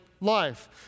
life